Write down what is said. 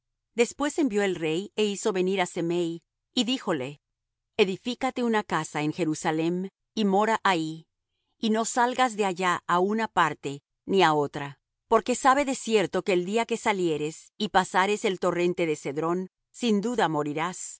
después envió el rey é hizo venir á semei y díjole edifícate una casa en jerusalem y mora ahí y no salgas de allá á una parte ni á otra porque sabe de cierto que el día que salieres y pasares el torrente de cedrón sin duda morirás